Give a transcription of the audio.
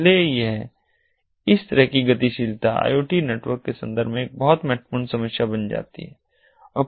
इसलिए इस तरह की गतिशीलता आई ओ टी नेटवर्क के संदर्भ में एक बहुत महत्वपूर्ण समस्या बन जाती है